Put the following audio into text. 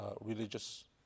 religious